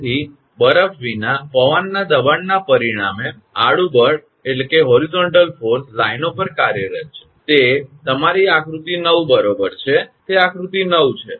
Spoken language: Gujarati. તેથી બરફ વિના પવનના દબાણના પરિણામે આડુ બળ લાઇનો પર કાર્યરત છે તે તમારી આ આકૃતિ 9 બરોબર છે તે આકૃતિ 9 છે